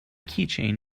keychain